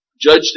judge